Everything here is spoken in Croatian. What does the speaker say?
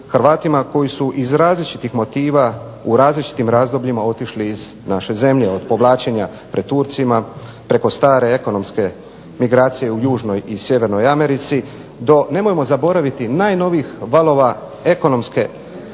Hrvatima koji su iz različitih motiva u različitim razdobljima otišli iz naše zemlje. Od povlačenja pred Turcima preko stare ekonomske migracije u Južnoj i Sjevernoj Americi do nemojmo zaboraviti najnovijih valova ekonomske migracije